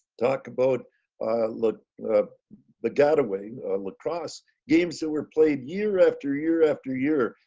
talk about look the getaway lacrosse games that were played, year after year after year,